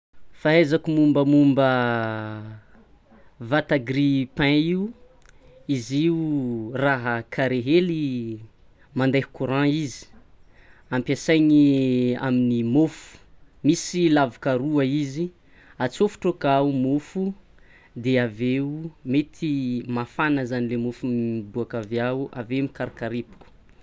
Fahaizako mombamomba vata grille-pain io, izy io raha carré hely mandeha courant izy ampiasaina amin'ny mofo misy lavaka roa izy atsofotro akao mofo, de aveo mety mafana zany le mofo mibôka avy ao, aveo mikarikarepoka.